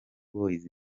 boys